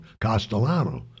Castellano